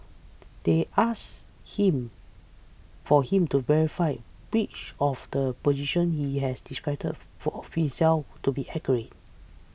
they asked him for him to verify which of the positions he has described for of himself to be accurate